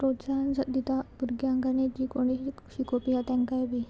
प्रोत्साहन सो दिता भुरग्यांक आणी जीं कोणी शिकोवपी आहा तेंकाय बी